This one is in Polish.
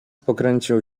pokręcił